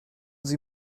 sie